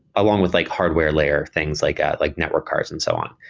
along with like hardware layer, things like ah like network cards and so on.